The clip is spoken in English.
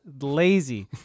lazy